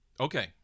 Okay